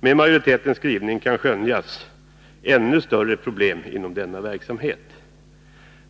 Bortom majoritetens skrivning kan skönjas ännu större problem inom denna verksamhet.